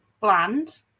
bland